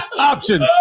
option